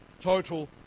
total